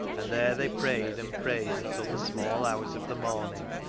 and there they prayed and prayed until the small hours of the morning,